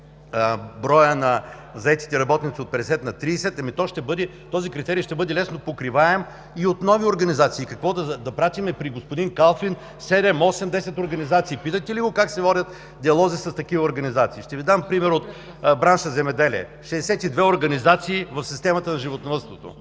броя на заетите работници от 50 на 30, този критерий ще бъде лесно покриваем и от нови организации. Какво, да пратим при господин Калфин 7, 8, 10 организации? Питате ли го как се водят диалози с такива организации? Ще Ви дам пример от бранша земеделие. Шестдесет и две организации в системата на животновъдството